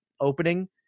opening